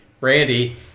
Randy